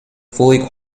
fully